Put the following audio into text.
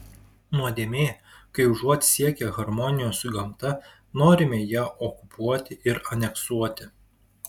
nuodėmė kai užuot siekę harmonijos su gamta norime ją okupuoti ir aneksuoti